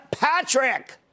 Patrick